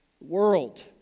world